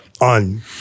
on